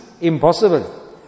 impossible